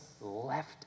left